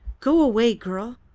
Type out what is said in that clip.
go away, girl!